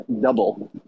double